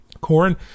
Corn